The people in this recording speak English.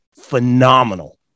phenomenal